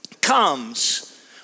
comes